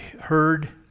heard